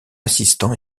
assistant